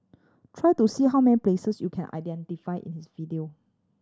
try to see how many places you can identify in his video